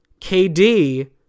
KD